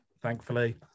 thankfully